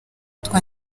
twa